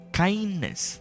kindness